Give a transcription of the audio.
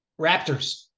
Raptors